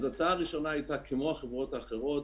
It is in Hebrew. ההצעה הראשונה היתה כמו החברות האחרות,